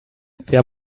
wir